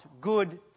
good